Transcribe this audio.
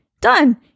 done